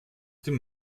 dem